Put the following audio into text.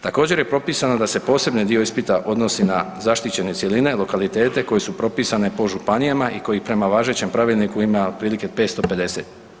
Također je propisano da se posebni dio ispita odnosi na zaštićene cjeline, lokalitete koji su propisane po županijama i koji prema važećem pravilniku ima otprilike 550.